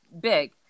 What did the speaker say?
big